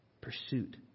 pursuit